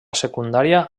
secundària